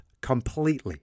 completely